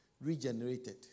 regenerated